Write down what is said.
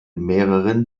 mehreren